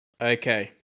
Okay